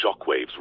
Shockwaves